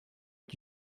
est